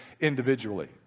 individually